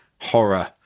horror